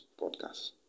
podcast